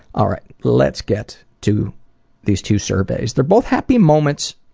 all rright, let's get to these two surveys. they're both happy moments